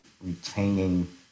retaining